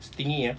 stingy ah